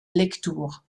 lectoure